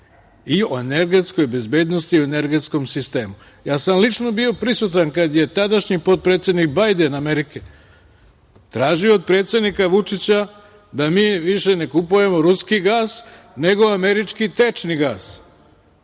i o energetskoj bezbednosti i energetskom sistemu. Lično sam bio prisutan kada je tadašnji potpredsednik Amerike Bajden tražio od predsednika Vučića da mi više ne kupujemo ruski gas, nego američki tečni gas.